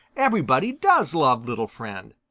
everybody does love little friend.